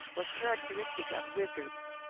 was characteristic of wizards.